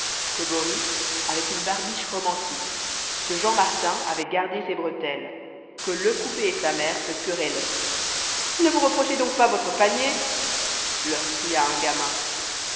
que bories avait une barbiche romantique que jean martin avait gardé ses bretelles que lecouffé et sa mère se querellaient ne vous reprochez donc pas votre panier leur cria un gamin